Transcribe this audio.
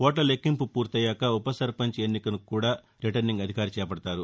ఓట్ల లెక్కింపు పూర్తయ్యాక ఉపసర్పంచి ఎన్నికను కూడా రిటర్నింగ్ అధికారి చేపడతారు